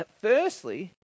firstly